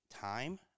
time